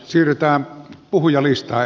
siirrytään puhujalistaan